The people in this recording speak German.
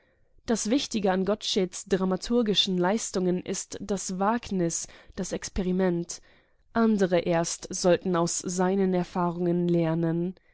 das wichtige an gottscheds dramaturgischen leistungen ist das wagnis das experiment andere erst sollten aus seinen erfahrungen lernen